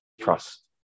trust